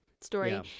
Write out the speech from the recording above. story